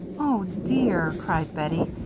oh, dear, cried bettie,